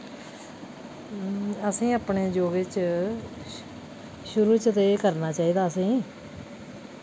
असें अपने योग च शुरू च ते एह् करना चाहिदा असें